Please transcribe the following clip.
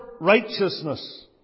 righteousness